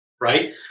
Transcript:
right